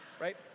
right